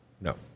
No